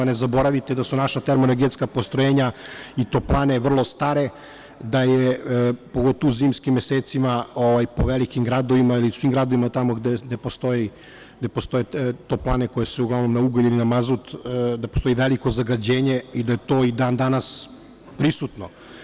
Ne zaboravite da su naša termoenergetska postrojenja i toplane vrlo stare, pogotovo u zimskim mesecima po velikim gradovima i u svim gradovima gde postoje toplane koje su uglavnom na ugalj ili na mazut, da postoji veliko zagađenje i da je to i dan danas prisutno.